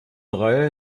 reihe